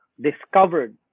discovered